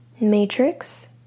matrix